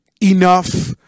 enough